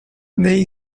they